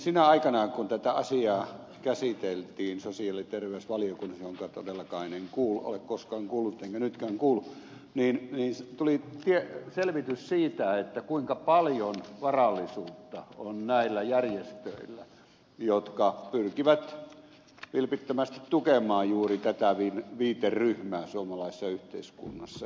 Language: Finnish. sinä aikana kun tätä asiaa käsiteltiin sosiaali ja terveysvaliokunnassa johonka todellakaan en kuulu en ole koskaan kuulunut enkä nytkään kuulu tuli selvitys siitä kuinka paljon varallisuutta on näillä järjestöillä jotka pyrkivät vilpittömästi tukemaan juuri tätä viiteryhmää suomalaisessa yhteiskunnassa